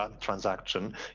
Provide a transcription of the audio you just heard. transaction